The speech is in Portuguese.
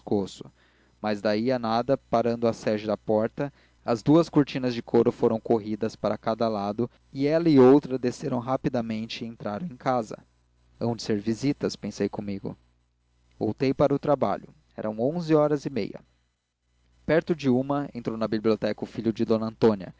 pescoço mas dai a nada parando a sege à porta as duas cortinas de couro foram corridas para cada lado e ela e outra desceram rapidamente e entraram em casa hão de ser visitas pensei comigo voltei para o trabalho eram onze horas e meia perto de uma entrou na biblioteca o filho de d antônia